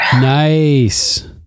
Nice